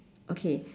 okay